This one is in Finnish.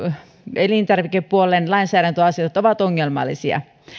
elintarvikepuolen lainsäädäntöasiat ovat ongelmallisia